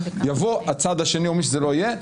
יבוא הצד השני או מי שזה לא יהיה,